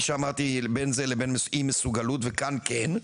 שאמרתי בין זה לבין אי מסוגלות וכאן כן?